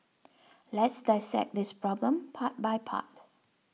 let's dissect this problem part by part